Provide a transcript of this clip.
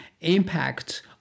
impact